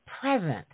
present